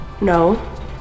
No